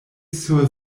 sur